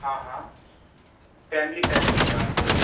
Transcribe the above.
हाँ हाँ family pack चाहिए आपको